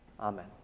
Amen